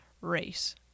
race